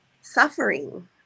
suffering